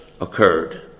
occurred